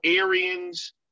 Aryans